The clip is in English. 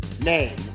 ...name